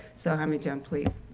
so, hamid yeah um please.